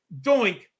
doink